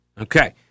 Okay